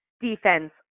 defense